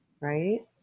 right